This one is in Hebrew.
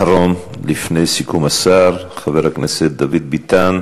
אחרון לפני סיכום השר, חבר הכנסת דוד ביטן,